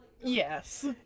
Yes